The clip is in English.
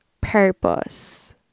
purpose